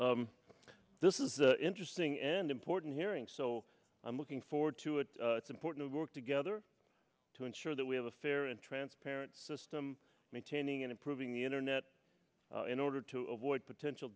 this is an interesting and important hearing so i'm looking forward to it it's important to work together to ensure that we have a fair and transparent system maintaining and improving the internet in order to avoid potential